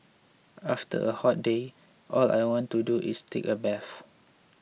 after a hot day all I want to do is take a bath